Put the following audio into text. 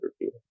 review